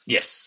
Yes